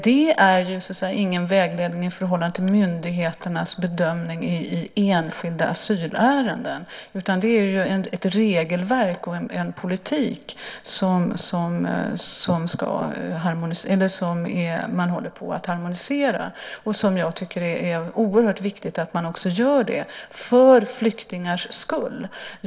Det är ju ingen vägledning i förhållande till myndigheternas bedömning i enskilda asylärenden, utan det är ett regelverk och en politik som man håller på att harmonisera. Jag tycker att det är oerhört viktigt att man också gör det, för flyktingars skull.